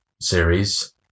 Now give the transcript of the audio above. series